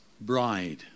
bride